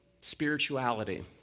spirituality